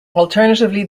alternatively